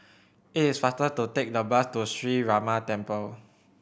it is faster to take the bus to Sree Ramar Temple